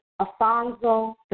Afonso